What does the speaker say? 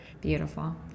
Beautiful